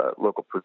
local